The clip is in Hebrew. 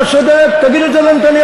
אתה צודק, תגיד את זה לנתניהו.